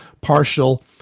partial